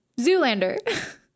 Zoolander